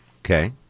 Okay